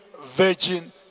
virgin